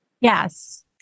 Yes